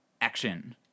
action